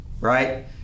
right